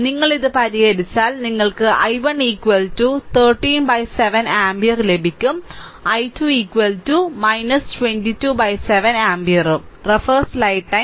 നിങ്ങൾ ഇത് പരിഹരിച്ചാൽ നിങ്ങൾക്ക് i1 137 ആമ്പിയർ ലഭിക്കും i2 227 ആമ്പിയർ ഉം